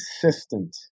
consistent